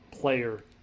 player